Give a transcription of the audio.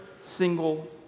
single